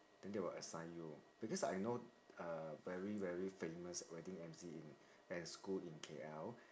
then they will assign you because I know a very very famous wedding emcee in at school in K_L